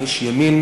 אני איש ימין,